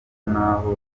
n’aho